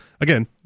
again